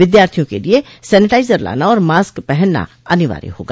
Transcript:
विद्यार्थियों के लिए सनटाइजर लाना और मॉस्क पहनना अनिवार्य होगा